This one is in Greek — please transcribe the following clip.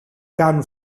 κάνουν